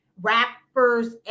rappers